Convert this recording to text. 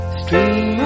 stream